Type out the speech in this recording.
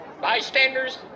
Bystanders